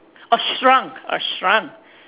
oh shrunk oh shrunk